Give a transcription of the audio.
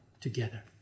together